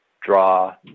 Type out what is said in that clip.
draw